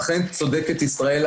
אכן צודקת ישראלה,